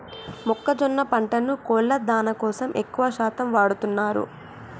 మొక్కజొన్న పంటను కోళ్ళ దానా కోసం ఎక్కువ శాతం వాడుతున్నారు